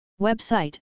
Website